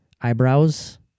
eyebrows